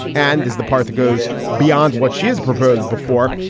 and as the path goes beyond what she has proposed before,